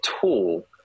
tool